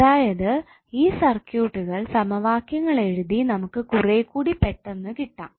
അതായത് ഈ സർക്യൂട്ടുകൾ സമവാക്യങ്ങൾ എഴുതി നമുക്ക് കുറെക്കൂടി പെട്ടെന്ന് കിട്ടാം